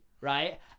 right